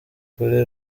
kuri